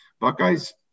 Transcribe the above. Buckeyes